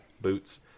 boots